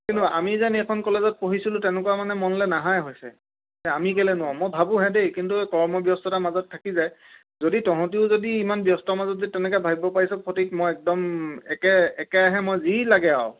কিন্তু আমি যেন এখন কলেজত পঢ়িছিলোঁ তেনেকুৱা মানে মনলে নাহাই হৈছে আমি কেলে নোৱাৰোঁ মই ভাবোহে দেই কিন্তু কৰ্মব্যস্ততাৰ মাজত থাকি যায় যদি তহঁতিও যদি ইমান ব্যস্ত মাজত যদি তেনেকে ভাবিব পাৰিছ সঠিক মই একদম একে একেৰাহে মই যি লাগে আউ